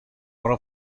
pro